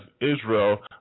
Israel